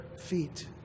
feet